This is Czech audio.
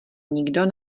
nikdo